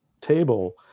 table